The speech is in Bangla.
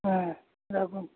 হ্যাঁ রাখুন